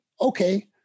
Okay